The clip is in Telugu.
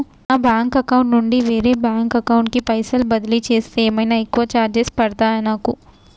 నా బ్యాంక్ అకౌంట్ నుండి వేరే బ్యాంక్ అకౌంట్ కి పైసల్ బదిలీ చేస్తే ఏమైనా ఎక్కువ చార్జెస్ పడ్తయా నాకు?